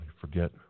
forget